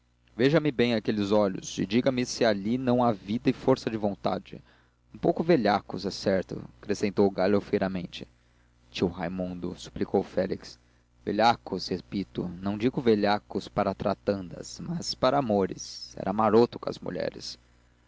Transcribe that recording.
direitas veja me bem aqueles olhos e diga-me se ali não há vida e força de vontade um pouco velhacos é certo acrescentou galhofeiramente tio raimundo suplicou félix velhacos repito não digo velhacos para tratantadas mas para amores era maroto com as mulheres